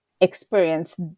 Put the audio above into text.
experience